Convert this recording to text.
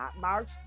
March